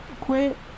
quit